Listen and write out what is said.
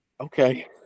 Okay